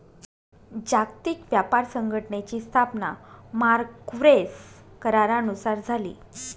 जागतिक व्यापार संघटनेची स्थापना मार्क्वेस करारानुसार झाली